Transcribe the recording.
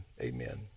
Amen